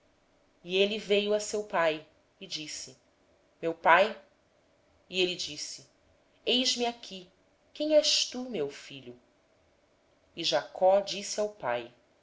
filho e veio jacó a seu pai e chamou meu pai e ele disse eis-me aqui quem és tu meu filho respondeu jacó a seu pai